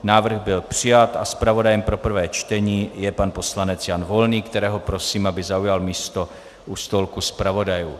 Návrh byl přijat a zpravodajem pro prvé čtení je pan poslanec Jan Volný, kterého prosím, aby zaujal místo u stolku zpravodajů.